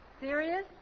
Serious